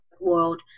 world